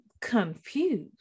confused